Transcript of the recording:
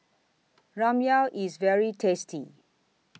Ramyeon IS very tasty